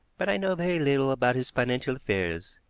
but i know very little about his financial affairs.